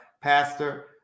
pastor